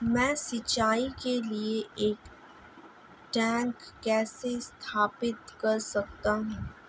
मैं सिंचाई के लिए एक टैंक कैसे स्थापित कर सकता हूँ?